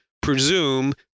presume